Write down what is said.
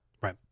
Right